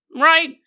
right